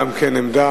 גם כן עמדה